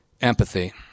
empathy